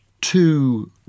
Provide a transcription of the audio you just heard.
two